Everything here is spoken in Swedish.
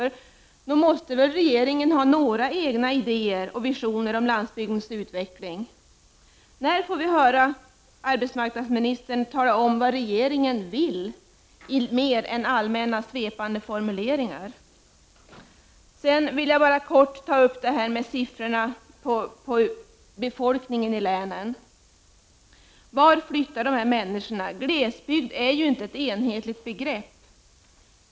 Nog måste väl regeringen ha några egna idéer och visioner om landsbygdens utveckling. När får vi höra arbetsmarknadsministern tala om vad regeringen vill mer än i allmänna svepande formuleringar? Sedan vill jag bara kort beröra siffrorna för befolkningen i länen. Vart flyttar människorna? Glesbygd är ju inte ett enhetligt begrepp.